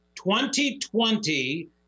2020